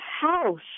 house